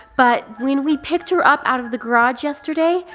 but when we picked her up out of the garage yesterday,